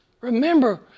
remember